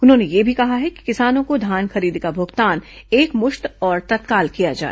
उन्होंने यह भी कहा है कि किसानों को धान खरीदी का भुगतान एकमुश्त और तत्काल किया जाए